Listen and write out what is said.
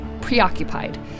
preoccupied